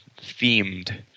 themed